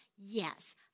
yes